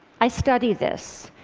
i study this.